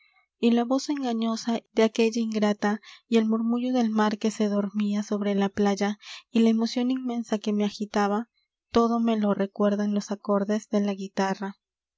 y la voz engañosa de aquella ingrata y el murmullo del mar que se dormia sobre la playa y la emocion inmensa que me agitaba todo me lo recuerdan los acordes de la guitarra